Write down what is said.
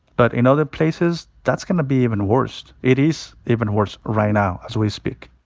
but in other places, that's gonna be even worse. it is even worse right now, as we speak.